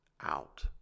out